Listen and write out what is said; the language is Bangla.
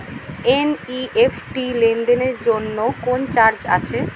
এন.ই.এফ.টি লেনদেনের জন্য কোন চার্জ আছে?